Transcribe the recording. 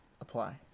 apply